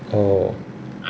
orh